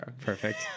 Perfect